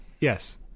Yes